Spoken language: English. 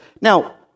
Now